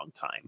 time